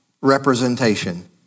representation